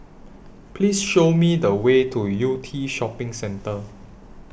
Please Show Me The Way to Yew Tee Shopping Centre